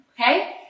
Okay